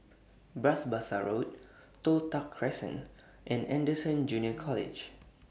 Bras Basah Road Toh Tuck Crescent and Anderson Junior College